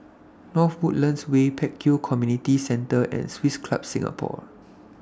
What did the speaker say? North Woodlands Way Pek Kio Community Centre and Swiss Club Singapore